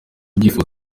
ibyifuzo